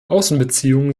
außenbeziehungen